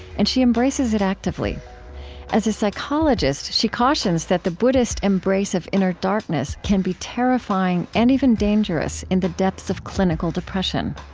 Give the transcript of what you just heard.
and she embraces it actively as a psychologist, she cautions that the buddhist embrace of inner darkness can be terrifying, and even dangerous, in the depths of clinical depression.